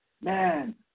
man